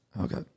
okay